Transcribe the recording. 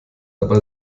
aber